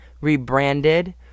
rebranded